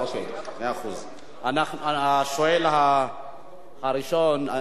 השואל הראשון,